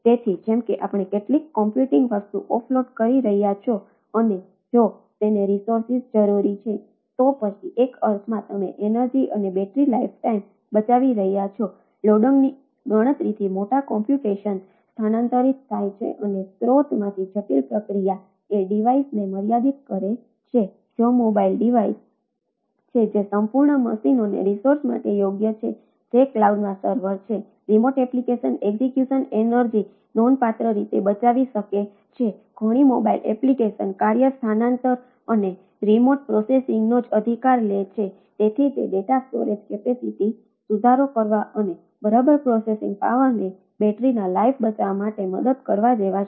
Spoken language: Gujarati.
તેથી જેમ કે તમે કેટલીક કમ્પ્યુટિંગ વસ્તુ ઓફલોડ સુધારો કરવા અને બરાબર પ્રોસેસિંગ પાવરને બેટરીના લાઇફ બચાવવા માટે મદદ કરવા જેવા છે